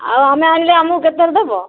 ଆଉ ଆମେ ଆଣିଲେ ଆମକୁ କେତେରେ ଦେବ